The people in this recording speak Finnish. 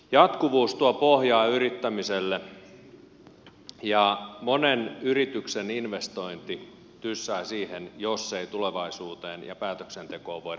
jatkuvuus tuo pohjaa yrittämiselle ja monen yrityksen investointi tyssää siihen jos ei tulevaisuuteen ja päätöksentekoon voida luottaa